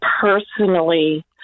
personally